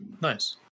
Nice